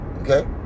Okay